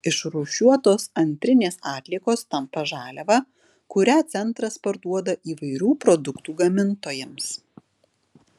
išrūšiuotos antrinės atliekos tampa žaliava kurią centras parduoda įvairių produktų gamintojams